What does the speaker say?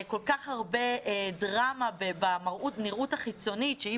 כל כך הרבה דרמה בנראות החיצונית שהיא